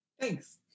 thanks